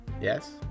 Yes